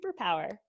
superpower